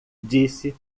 disse